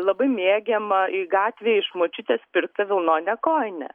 labai mėgiamą į gatvę iš močiutės pirktą vilnonę kojinę